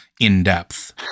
in-depth